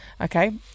okay